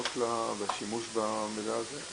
הכניסות והשימוש במידע הזה?